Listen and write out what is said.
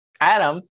adam